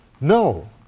No